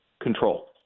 control